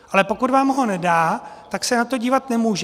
Ale pokud vám ho nedá, tak se na to dívat nemůže.